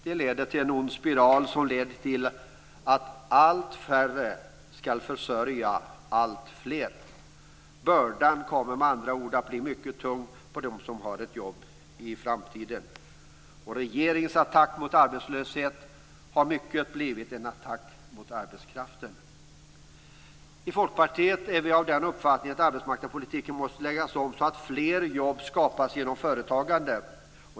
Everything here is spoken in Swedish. Det leder till en ond spiral, som innebär att allt färre skall försörja alltfler. Bördan kommer med andra ord att bli mycket tung på dem som har ett jobb i framtiden. Regeringens attack mot arbetslöshet har i mycket blivit en attack mot arbetskraften. I Folkpartiet är vi av den uppfattningen att arbetsmarknadspolitiken måste läggas om, så att fler jobb skapas genom företagande.